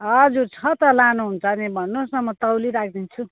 हजुर छ त लानु हुन्छ भने भन्नुु होस् न म तौली राखिदिन्छु